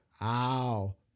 ow